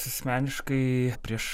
asmeniškai prieš